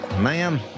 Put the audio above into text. ma'am